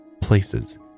places